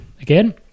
again